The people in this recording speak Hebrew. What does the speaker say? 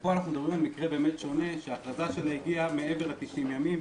ופה אנחנו מדברים על מקרה שונה שההחלטה שלה הגיעה מעבר ל-90 ימים,